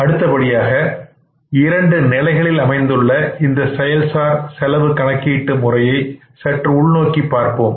அடுத்தபடியாக இரண்டு நிலைகளில் அமைந்துள்ள இந்த செயல்சார் செலவு கணக்கீட்டு முறையை சற்று உள்நோக்கி பார்ப்போம்